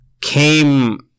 came